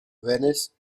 venice